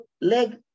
leg